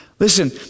Listen